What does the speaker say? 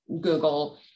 Google